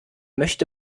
möchte